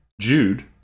Jude